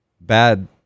bad